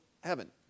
heaven